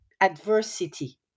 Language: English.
adversity